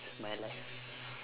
my life